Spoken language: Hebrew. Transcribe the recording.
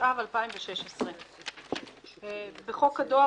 התשע"ו 2016 תיקון סעיף 1 1. בחוק הדואר,